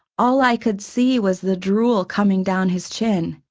all i could see was the drool coming down his chin.